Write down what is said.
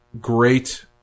great